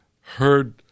heard